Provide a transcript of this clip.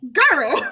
girl